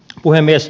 puhemies